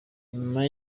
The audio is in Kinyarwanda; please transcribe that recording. nyuma